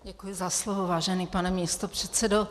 Děkuji za slovo, vážený pane místopředsedo.